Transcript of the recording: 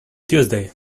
tuesday